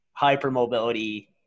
hypermobility